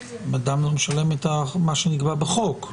אם אדם לא משלם את מה שנקבע בחוק,